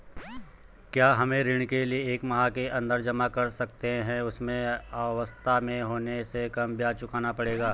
क्या हम ऋण को एक माह के अन्दर जमा कर सकते हैं उस अवस्था में हमें कम ब्याज चुकाना पड़ेगा?